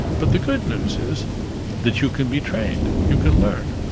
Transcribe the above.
but the good news is that you can be trained. you can learn.